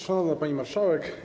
Szanowna Pani Marszałek!